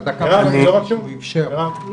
בבקשה.